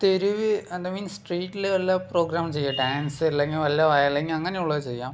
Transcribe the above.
തെരുവ് അല്ല മീൻസ് സ്ട്രീറ്റിലെ എല്ലാ പ്രോഗ്രാം ചെയ്യുക ഡാൻസ് അല്ലെങ്കിൽ വല്ല വയലിൻ അങ്ങനെ ഉള്ളത് ചെയ്യാം